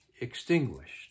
extinguished